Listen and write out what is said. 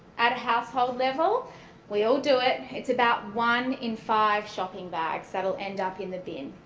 at a household level we all do it it's about one in five shopping bags that will end up in the bin.